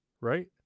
Right